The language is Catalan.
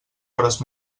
hores